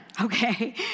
okay